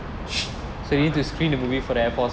(uh huh)